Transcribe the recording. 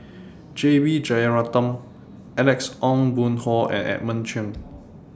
J B Jeyaretnam Alex Ong Boon Hau and Edmund Cheng